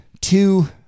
two